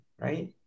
right